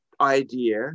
idea